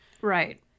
Right